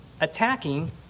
attacking